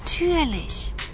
natürlich